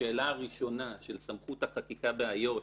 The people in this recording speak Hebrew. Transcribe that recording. השאלה הראשונה של סמכות החקיקה באיו"ש,